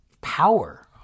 power